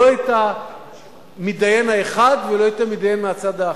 לא את המתדיין האחד ולא את המתדיין מהצד האחר.